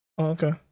okay